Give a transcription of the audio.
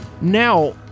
now